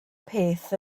peth